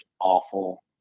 awful